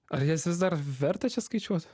ar jas vis dar verta čia skaičiuot